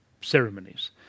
ceremonies